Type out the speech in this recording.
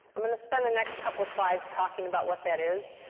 i'm going to spend the next couple slides talking about what that is.